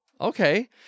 okay